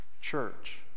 Church